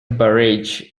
barrage